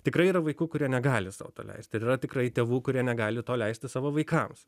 tikrai yra vaikų kurie negali sau leist ir yra tikrai tėvų kurie negali to leisti savo vaikams